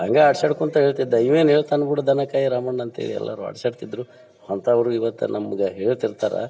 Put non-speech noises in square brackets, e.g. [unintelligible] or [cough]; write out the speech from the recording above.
ಹಂಗೆ [unintelligible] ಕುಂತು ಹೇಳ್ತಿದ್ದ ಇವ ಏನು ಹೇಳ್ತಾನೆ ಬಿಡು ದನ ಕಾಯೋ ರಾಮಣ್ಣ ಅಂತ್ಹೇಳಿ ಎಲ್ಲರೂ ಆಡ್ಸ್ಯಾಡ್ತಿದ್ದರು ಅಂಥವರು ಇವತ್ತು ನಮ್ಗೆ ಹೇಳ್ತಿರ್ತಾರೆ